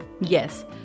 Yes